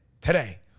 today